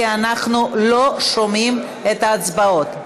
כי אנחנו לא שומעים את ההצבעות.